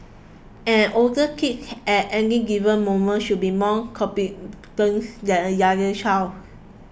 an older kid at any given moment should be more competent than a younger child